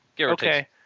Okay